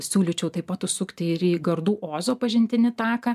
siūlyčiau taip pat užsukti ir į gardų ozo pažintinį taką